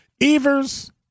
Evers